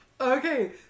okay